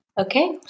Okay